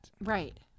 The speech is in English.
Right